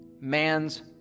man's